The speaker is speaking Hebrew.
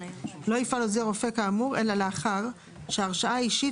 לא יפעל עוזר רופא כאמור אלא לאחר שהרשאה אישית